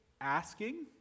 asking